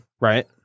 right